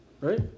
right